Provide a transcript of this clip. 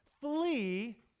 flee